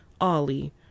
Ollie